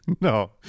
No